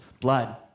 blood